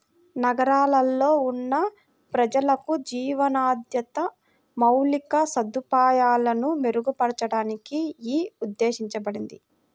నగరాల్లో ఉన్న ప్రజలకు జీవన నాణ్యత, మౌలిక సదుపాయాలను మెరుగుపరచడానికి యీ ఉద్దేశించబడింది